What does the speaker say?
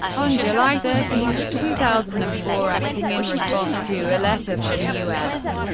on july thirteen, two thousand and four, acting in response to a letter from u s.